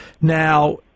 Now